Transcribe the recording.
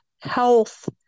health